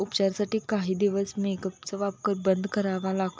उपचारसाठी काही दिवस मेकअपचा वापकर बंद करावा लाग